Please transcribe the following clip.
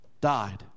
died